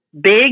big